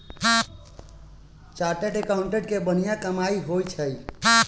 chartered accountant के बनिहा कमाई होई छई